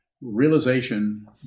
Realization